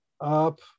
up